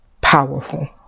powerful